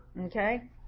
Okay